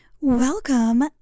Welcome